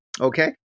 Okay